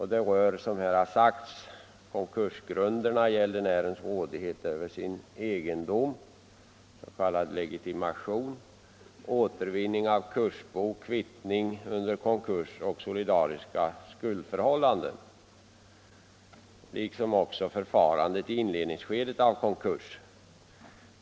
Hit hör, som redan har sagts, konkursgrunderna, gäldenärens rådighet över sin egendom, s.k. legitimation, återvinning till konkursbo, kvittning under konkurs, solidariska skuldförhållanden liksom ändringar i förfarandet i det inledande skedet av en konkurs.